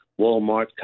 Walmart